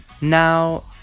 Now